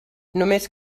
només